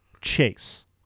chase